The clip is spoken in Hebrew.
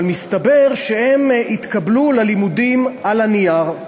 אבל מסתבר שהם התקבלו ללימודים על הנייר,